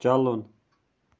چلُن